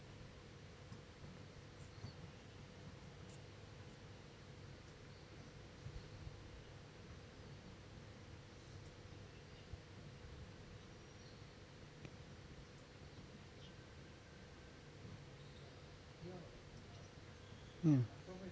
mm